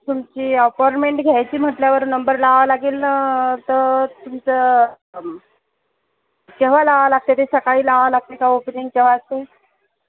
हा तुमची अपाॅइर्मेंट घ्यायची म्हटल्यावर नंबर लावावं लागेल ना तर तुमचं केव्हा लावावं लागतं आहे ते सकाळी लावाव लागतं आहे का ओपीडीनच्या आधी